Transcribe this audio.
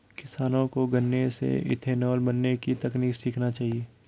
किसानों को गन्ने से इथेनॉल बनने की तकनीक सीखना चाहिए